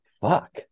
fuck